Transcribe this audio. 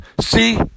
See